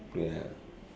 ya